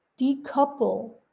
decouple